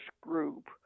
group